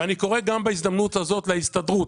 אני גם קורא בהזדמנות הזאת להסתדרות.